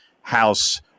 House